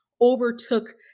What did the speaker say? overtook